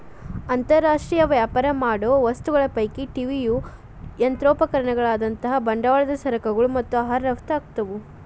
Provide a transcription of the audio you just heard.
ಅಂತರ್ ರಾಷ್ಟ್ರೇಯ ವ್ಯಾಪಾರ ಮಾಡೋ ವಸ್ತುಗಳ ಪೈಕಿ ಟಿ.ವಿ ಯಂತ್ರೋಪಕರಣಗಳಂತಾವು ಬಂಡವಾಳ ಸರಕುಗಳು ಮತ್ತ ಆಹಾರ ರಫ್ತ ಆಕ್ಕಾವು